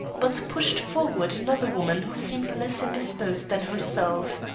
but pushed forward another woman who seemed less indisposed than herself.